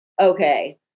okay